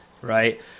right